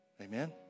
Amen